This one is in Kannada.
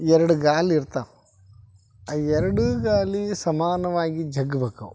ಎರಡು ಗಾಲಿ ಇರ್ತಾವೆ ಆ ಎರಡೂ ಗಾಲಿ ಸಮಾನವಾಗಿ ಜಗ್ಬೇಕು ಅವು